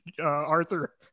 Arthur